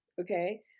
okay